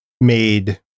made